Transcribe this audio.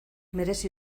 merezi